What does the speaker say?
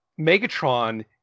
Megatron